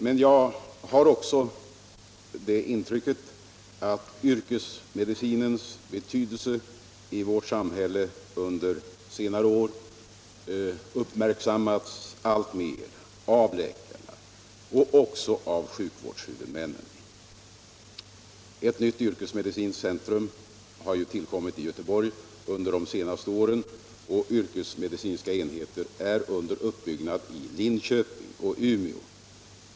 Men jag har också det intrycket att yrkesmedicinens betydelse i vårt samhälle under senare år uppmärksammats alltmer av läkarna och också av sjukvårdshuvudmännen. Ett nytt yrkesmedicinskt centrum har tillkommit i Göteborg under de senaste åren, och yrkesmedicinska enheter är under uppbyggnad i Linköping och i Umeå.